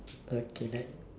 okay that